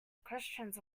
questions